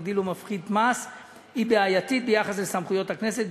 מגדיל או מפחית מס היא בעייתית ביחס לסמכויות הכנסת.